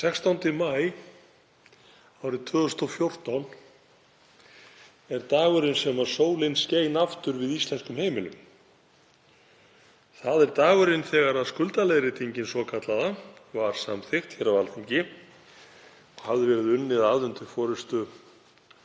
16. maí árið 2014 var dagurinn sem sólin skein aftur við íslenskum heimilum. Það var dagurinn sem skuldaleiðréttingin svokallaða var samþykkt hér á Alþingi og hafði verið unnið að undir forystu